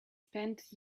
spent